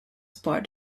part